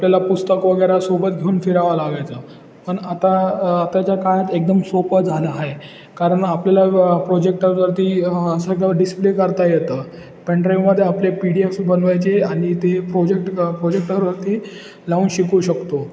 आपल्याला पुस्तक वगैरे सोबत घेऊन फिरावं लागायचं पण आता आताच्या काळात एकदम सोपं झालं आहे कारण आपल्याला प्रोजेक्टरवरती सगळं डिस्प्ले करता येतं पेनड्राईव्हमध्ये आपले पी डी एफ बनवायचे आणि ते प्रोजेक्ट प्रोजेक्टरवरती लावून शिकू शकतो